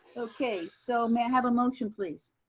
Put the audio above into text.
okay. so may have a motion please?